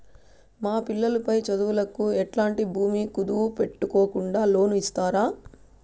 మా పిల్లలు పై చదువులకు ఎట్లాంటి భూమి కుదువు పెట్టుకోకుండా లోను ఇస్తారా